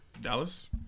Dallas